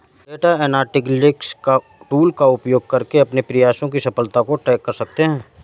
data analytics tool का उपयोग करके अपने प्रयासों की सफलता को ट्रैक कर सकते है